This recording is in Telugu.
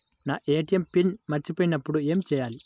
నా ఏ.టీ.ఎం పిన్ మరచిపోయినప్పుడు ఏమి చేయాలి?